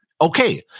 Okay